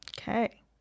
Okay